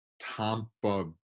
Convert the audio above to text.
Tampa